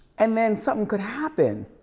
and then something could happen.